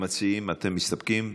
המציעים, אתם מסתפקים?